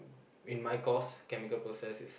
in my course chemical process